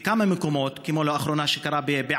בכמה מקומות, כמו שקרה לאחרונה בעפולה,